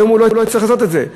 מהיום הוא לא יצטרך לעשות את זה.